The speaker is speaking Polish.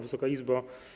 Wysoka Izbo!